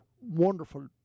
Wonderful